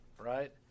right